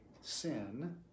sin